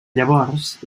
llavors